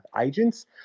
agents